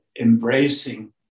embracing